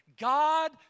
God